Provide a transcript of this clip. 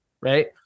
Right